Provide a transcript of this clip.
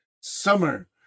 Summer